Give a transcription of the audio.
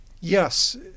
Yes